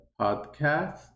podcast